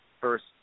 first